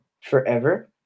forever